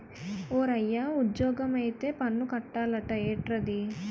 ఓరయ్యా ఉజ్జోగమొత్తే పన్ను కట్టాలట ఏట్రది